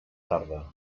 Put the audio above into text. tarda